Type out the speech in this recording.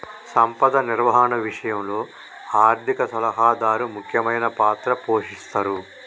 సంపద నిర్వహణ విషయంలో ఆర్థిక సలహాదారు ముఖ్యమైన పాత్ర పోషిస్తరు